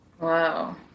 Wow